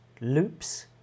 loops